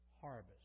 harvest